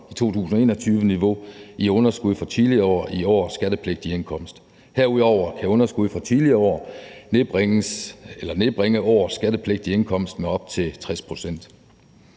i 2021-niveau i underskud fra tidligere år i årets skattepligtige indkomst. Herudover kan underskud fra tidligere år nedbringe årets skattepligtige indkomst med op til 60